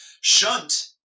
Shunt